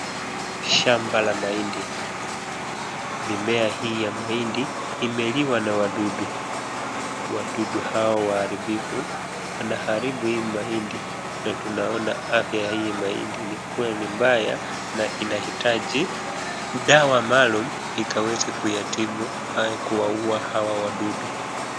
Shamba la mahindi. Mimea hii ya mahindi imeliwa na wadudu. Wadudu hao waaribifu wanaharibu hii mahindi na tunaona afya ya hii mahindi kuwa ni mbaya na inahitaji dawa maalum ikaweze kuyatibu au kuwauwa hawa wadudu.